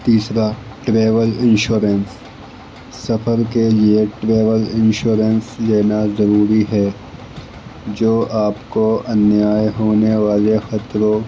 تیسرا travel insurance سفر کے لیے ٹریول انشورنس لینا ضروری ہے جو آپ کو انیائے ہونے والوں خطروں